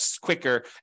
quicker